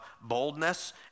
boldness